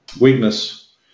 weakness